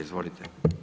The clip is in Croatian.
Izvolite.